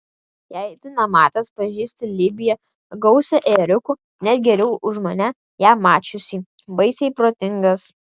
jei tu nematęs pažįsti libiją gausią ėriukų net geriau už mane ją mačiusį baisiai protingas